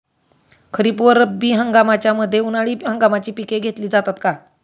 खरीप व रब्बी हंगामाच्या मध्ये उन्हाळी हंगामाची पिके घेतली जातात का?